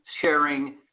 sharing